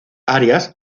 arias